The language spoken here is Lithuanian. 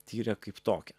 tyrė kaip tokią